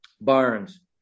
Barnes